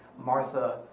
Martha